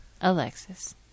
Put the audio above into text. Alexis